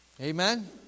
Amen